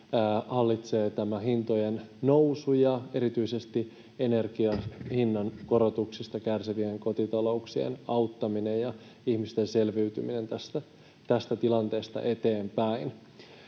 hallitsevat hintojen nousu ja erityisesti energian hinnan korotuksista kärsivien kotitalouksien auttaminen ja ihmisten selviytyminen tästä tilanteesta eteenpäin.